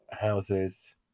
houses